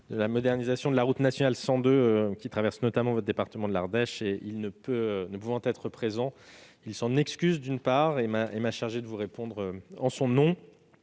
de la modernisation de la route nationale 102 qui traverse notamment votre département de l'Ardèche. Mon collègue ne peut être présent : il vous prie de l'excuser et m'a chargé de vous répondre en son nom